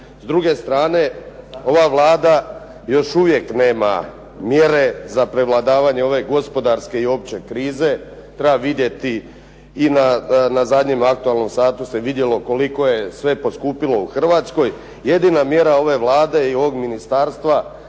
S druge strane, ova Vlada još uvijek nema mjere za prevladavanje ove gospodarske i opće krize. Treba vidjeti i na zadnjem aktulanom satu se vidjelo, koliko je sve poskupilo u Hrvatskoj. Jedina mjera ove Vlade i ovog ministarstva